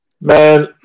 Man